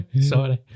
Sorry